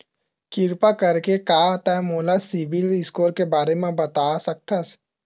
किरपा करके का तै मोला सीबिल स्कोर के बारे माँ बता सकथस?